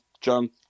John